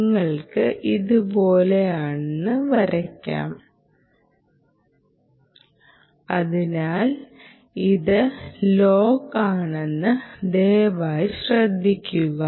നിങ്ങൾക്ക് ഇതുപോലൊന്ന് വരയ്ക്കാം അതിനാൽ ഇത് ലോഗ് ആണെന്ന് ദയവായി ശ്രദ്ധിക്കുക